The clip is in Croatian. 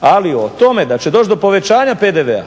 Ali o tome da će doći do povećanja PDV-a